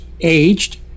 aged